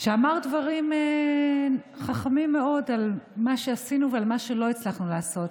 אמר דברים חכמים מאוד על מה שעשינו ועל מה שלא הצלחנו לעשות.